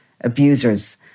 abusers